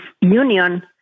union